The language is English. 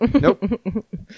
Nope